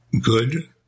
good